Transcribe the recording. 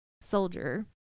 soldier